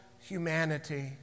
humanity